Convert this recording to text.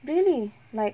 really like